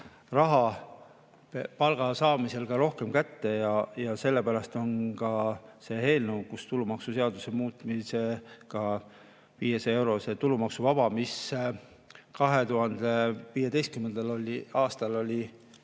raha palga saamisel rohkem kätte. Sellepärast on ka see eelnõu, kus tulumaksuseaduse muutmisega 500-eurone tulumaksuvabastus, mis 2015. aastal oli